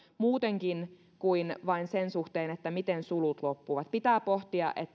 muutenkin kuin vain sen suhteen miten sulut loppuvat pitää pohtia